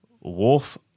Wolf